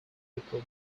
people